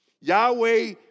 Yahweh